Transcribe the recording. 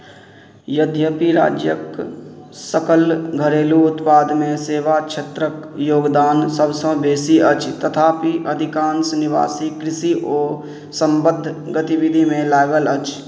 यद्यपि राज्यक सकल घरेलु उत्पादमे सेवा क्षेत्रक योगदान सभसँ बेसी अछि तथापि अधिकांश निवासी कृषि ओ समबद्ध गतिविधिमे लागल अछि